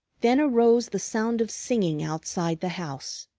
then arose the sound of singing outside the house.